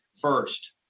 First